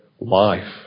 life